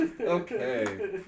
Okay